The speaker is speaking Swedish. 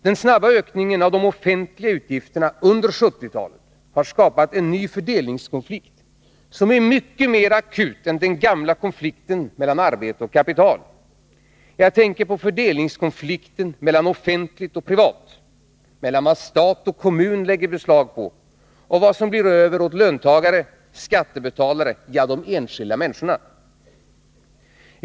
Den snabba ökningen av de offentliga utgifterna under 1970-talet har skapat en ny fördelningskonflikt, som är mycket mer akut än den gamla konflikten mellan arbete och kapital. Jag tänker på fördelningskonflikten mellan offentligt och privat, mellan vad stat och kommun lägger beslag på och vad som blir över åt löntagare och skattebetalare, de enskilda människorna.